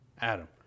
adam